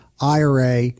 IRA